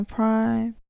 Prime